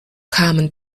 kamen